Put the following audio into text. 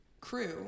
crew